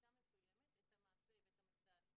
בשיטה מסוימת את המעשה ואת המחדל.